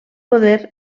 poder